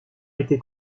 été